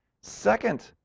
Second